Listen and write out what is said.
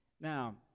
Now